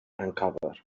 uncovered